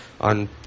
on